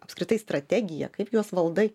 apskritai strategiją kaip juos valdai